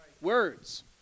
Words